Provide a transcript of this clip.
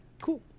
Cool